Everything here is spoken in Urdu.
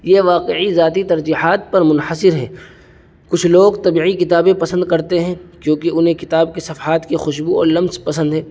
یہ واقعی ذاتی ترجیحات پر منحصر ہے کچھ لوگ طبعی کتابیں پسند کرتے ہیں کیونکہ انہیں کتاب کے صفحات کی خوشبو اور لمس پسند ہیں